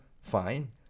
fine